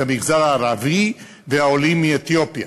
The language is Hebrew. המגזר הערבי והעולים מאתיופיה.